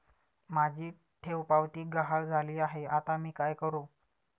माझी ठेवपावती गहाळ झाली आहे, आता मी काय करु?